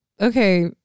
okay